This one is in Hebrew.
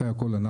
אחרי הכול,